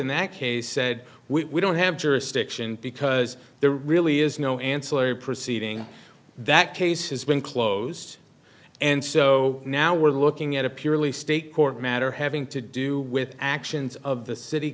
in that case said we don't have jurisdiction because there really is no ancillary proceeding that case has been closed and so now we're looking at a purely state court matter having to do with actions of the city